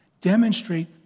demonstrate